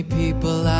people